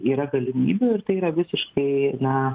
yra galimybių ir tai yra visiškai na